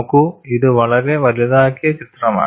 നോക്കൂ ഇത് വളരെ വലുതാക്കിയ ചിത്രമാണ്